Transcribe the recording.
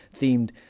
themed